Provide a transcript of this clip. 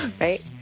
right